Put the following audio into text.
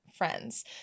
friends